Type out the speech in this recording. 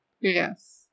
Yes